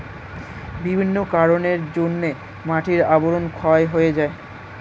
বিভিন্ন কারণের জন্যে মাটির আবরণ ক্ষয় হয়ে যায়